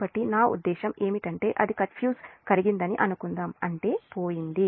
కాబట్టి నా ఉద్దేశ్యం ఏమిటంటే అది ఫ్యూజ్ కరిగిందని అనుకుందాం అంటే పోయింది